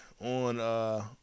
on